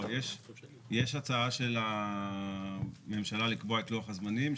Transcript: לא, יש הצעה של הממשלה לקבוע את לוח הזמנים.